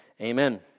amen